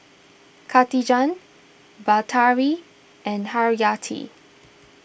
Katijah Batari and Haryati